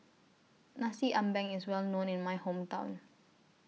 Nasi Ambeng IS Well known in My Hometown